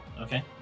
okay